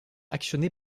actionné